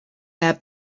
their